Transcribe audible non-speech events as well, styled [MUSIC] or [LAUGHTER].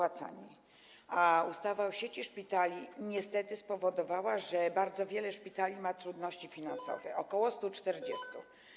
A ustawa o sieci szpitali niestety spowodowała, że bardzo wiele szpitali ma trudności finansowe, [NOISE] ok. 140.